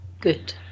Good